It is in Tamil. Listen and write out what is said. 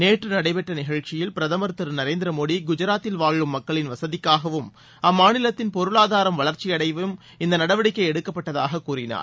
நேற்று நடைபெற்ற நிகழக்சியில் பிரதம் திரு நரேற்திர மோடி குஜராத்தில் வாழும் மக்களின் வசதிக்காகவும் அம்மாநிலத்தின் பொருளாதாரம் வளர்ச்சியடையவும் இந்த நடவடிக்கை எடுக்கப்பட்டதாக அவர் கூறினார்